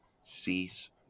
Cease